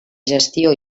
gestió